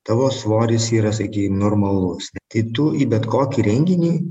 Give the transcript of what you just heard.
tavo svoris yra sakykim normalus tai tu į bet kokį renginį